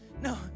No